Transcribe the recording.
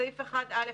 בסעיף 1א,